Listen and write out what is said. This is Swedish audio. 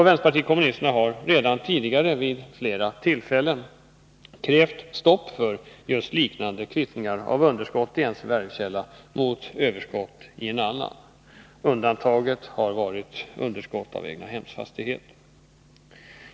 Vpk har redan tidigare vid flera tillfällen krävt ett stopp för liknande kvittningar av underskott i en förvärvskälla mot överskott i en annan. Enda undantaget har varit överskott av egnahemsfastighet.